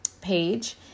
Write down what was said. page